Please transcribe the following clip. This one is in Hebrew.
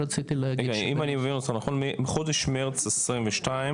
רגע, אם אני מבין נכון, מחודש מרץ 22,